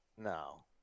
No